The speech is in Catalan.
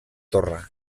torre